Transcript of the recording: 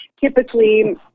Typically